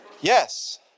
yes